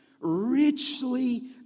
Richly